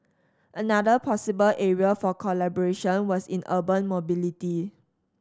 another possible area for collaboration was in urban mobility